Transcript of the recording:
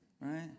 right